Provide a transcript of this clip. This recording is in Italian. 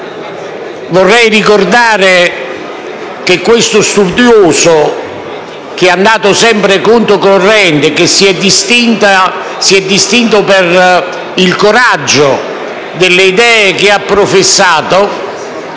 Vorrei ricordare che questo studioso, che e andato sempre controcorrente e che si edistinto per il coraggio delle idee che ha professato,